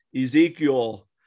Ezekiel